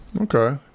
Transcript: Okay